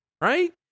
Right